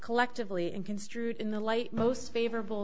collectively and construed in the light most favorable